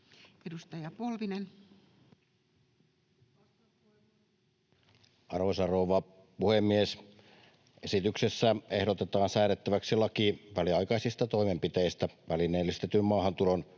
19:01 Content: Arvoisa rouva puhemies! Esityksessä ehdotetaan säädettäväksi laki väliaikaisista toimenpiteistä välineellistetyn maahantulon